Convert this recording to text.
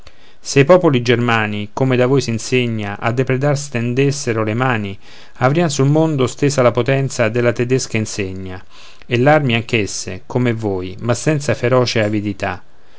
se i popoli germani come da voi s'insegna a depredar stendessero le mani avrian sul mondo stesa la potenza della tedesca insegna e l'armi anch'essi come voi ma senza ferocia e avidità